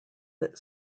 that